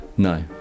No